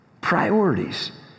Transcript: priorities